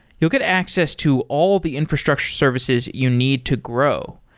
you'll get access to all the infrastructure services you need to grow.